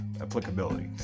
applicability